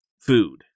food